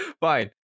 Fine